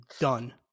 done